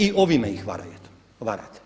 I ovime ih varate.